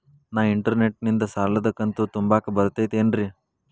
ನಾ ಇಂಟರ್ನೆಟ್ ನಿಂದ ಸಾಲದ ಕಂತು ತುಂಬಾಕ್ ಬರತೈತೇನ್ರೇ?